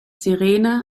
sirene